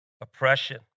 oppression